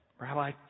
Rabbi